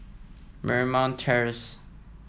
Marymount Terrace